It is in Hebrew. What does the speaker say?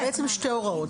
אז זה בעצם שתי הוראות,